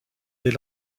des